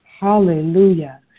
Hallelujah